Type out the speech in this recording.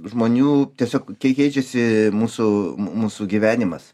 žmonių tiesiog kei keičiasi mūsų mu mūsų gyvenimas